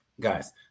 guys